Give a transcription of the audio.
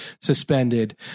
suspended